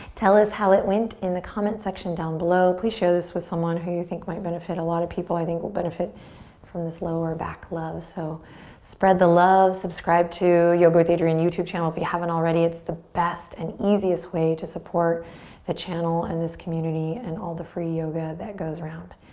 tell us how it went in the comments section down below. please share this with someone who you think might benefit. a lot of people, i think, will benefit from this lower back love so spread the love. subscribe to yoga with adriene youtube channel if you haven't already. it's the best and easiest way to support the channel and this community and all the free yoga that goes around.